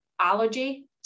allergy